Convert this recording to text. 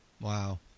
Wow